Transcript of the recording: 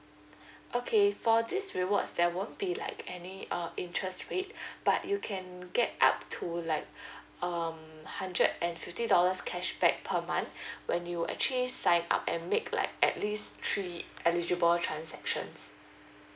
okay for this rewards there won't be like any err interest rate but you can get up to like um hundred and fifty dollars cashback per month when you actually sign up and make like at least three eligible transactions